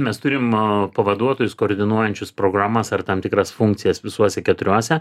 mes turim pavaduotojus koordinuojančius programas ar tam tikras funkcijas visuose keturiuose